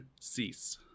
Cease